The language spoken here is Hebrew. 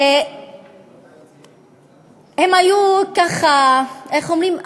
שהיו ככה, איך אומרים?